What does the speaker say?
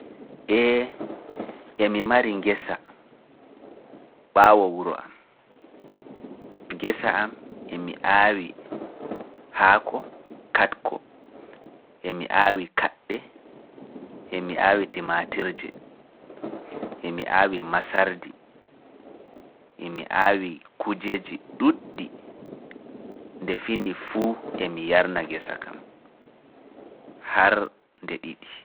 Ee, emi mari ngesa, ɓaawo wuro am, ngesa am emi aawi haako katko, emi aawi kaɗɗe, emi aawi timatirje, emi aawi masardi, emi aawi kujeeji ɗuuɗɗi nde fini fuu emi yarna ngesa kam. Har nde ɗiɗi.